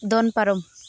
ᱫᱚᱱ ᱯᱟᱨᱚᱢ